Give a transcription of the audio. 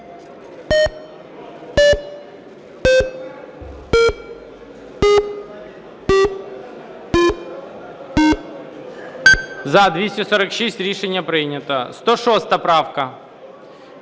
За-246 Рішення прийнято. 106 правка.